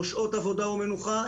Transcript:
כמו שעות עבודה ומנוחה.